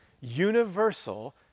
universal